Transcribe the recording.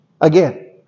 Again